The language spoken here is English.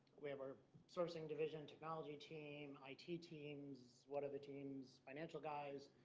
we have our sourcing division, technology team, i t. teams what are the teams financial guys?